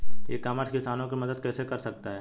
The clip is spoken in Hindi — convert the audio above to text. ई कॉमर्स किसानों की मदद कैसे कर सकता है?